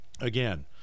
again